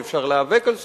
ואפשר להיאבק על זכויות,